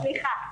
סליחה.